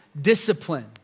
discipline